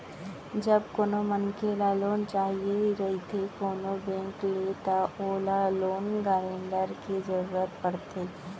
जब कोनो मनखे ल लोन चाही रहिथे कोनो बेंक ले तब ओला लोन गारेंटर के जरुरत पड़थे